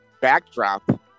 backdrop